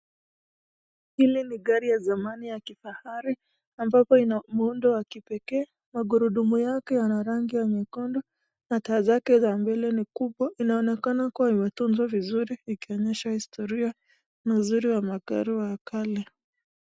Hili ni gari ya zamani ya kifahari, ambapo ina muundo wa kipekee. Magurudumu yake yana rangi ya nyekundu na taa zake za mbele ni kubwa. Inaonekana kuwa imetuzwa vizuri ikionyesha historia mzuri wa magari wa kale.